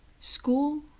school